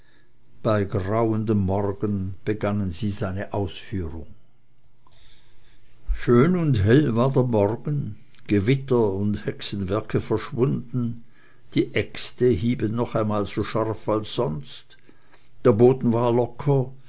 bei grauendem morgen begannen sie seine ausführung schön und hell war der morgen gewitter und hexenwerke verschwunden die äxte hieben noch einmal so scharf als sonst der boden war locker